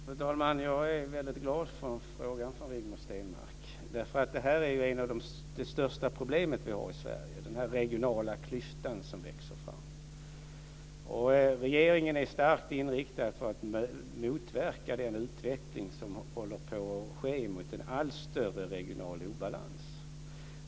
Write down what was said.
Fru talman! Jag är väldigt glad för denna fråga från Rigmor Stenmark. Det här är ett av de största problem vi har i Sverige, den här regionala klyftan som växer fram. Regeringen är starkt inriktad på att motverka den utveckling som håller på att ske mot en allt större regional obalans.